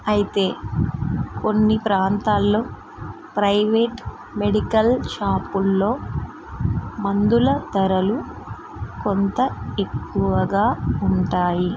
అయితే కొన్ని ప్రాంతాల్లో ప్రైవేట్ మెడికల్ షాపులలో మందుల ధరలు కొంత ఎక్కువగా ఉంటాయి